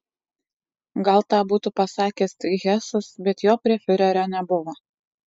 gal tą būtų pasakęs tik hesas bet jo prie fiurerio nebuvo